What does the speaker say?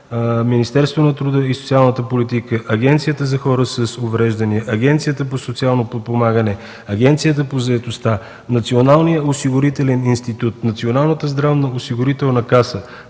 Министерството на труда и социалната политика, Агенцията за хора с увреждания, Агенцията по социално подпомагане, Агенцията по заетостта, Националния осигурителен институт, Националната здравноосигурителна каса,